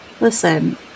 Listen